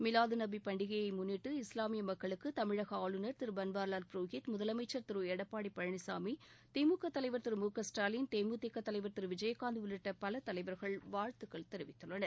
மிலாது நபி பண்டிகையை முன்னிட்டு இஸ்லாமிய மக்களுக்கு தமிழக ஆளுநர் திரு பன்வாரிலால் புரோஹித் முதலமைச்ச் திரு எடப்பாடி பழனிசாமி திமுக தலைவர் Thiru M K Stalin DMDK தலைவர் திரு விஜயகாந்த் உள்ளிட்ட பல தலைவர்கள் வாழ்த்துக்கள் தெரிவித்துள்ளனர்